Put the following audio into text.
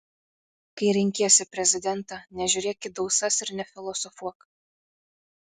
kai renkiesi prezidentą nežiūrėk į dausas ir nefilosofuok